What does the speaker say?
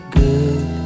good